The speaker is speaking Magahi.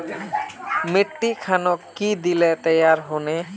मिट्टी खानोक की दिले तैयार होने?